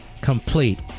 complete